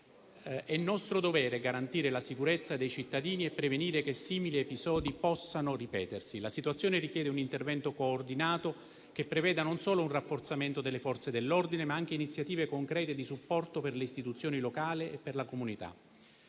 È nostro dovere garantire la sicurezza dei cittadini e prevenire che simili episodi possano ripetersi. La situazione richiede un intervento coordinato, che preveda non solo un rafforzamento delle Forze dell'ordine, ma anche iniziative concrete di supporto per le istituzioni locali e per la comunità.